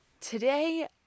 today